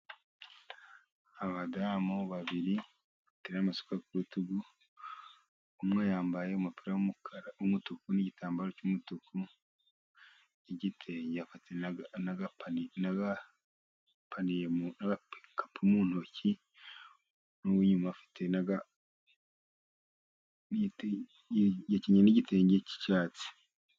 Abadamu babiri batereye amasuka ku rutugu, umwe yambaye umupira w' umutuku n'igitambaro cy'umutuku n'igitenge, afite n'agakapu mu ntoki , n'uw'inyuma yakenyeye n'igitenge cy'icyatsi.